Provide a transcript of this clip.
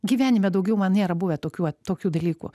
gyvenime daugiau man nėra buvę tokių vat tokių dalykų